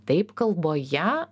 taip kalboje